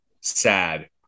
sad